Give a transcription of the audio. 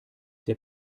der